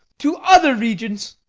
to other regions!